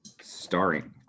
starring